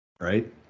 right